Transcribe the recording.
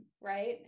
right